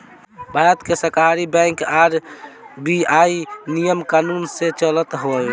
भारत के सहकारी bank RBI नियम कानून से चलत हवे